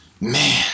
Man